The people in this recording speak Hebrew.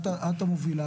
את המובילה,